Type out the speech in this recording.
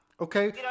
okay